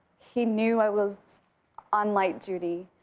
he knew i was on light duty.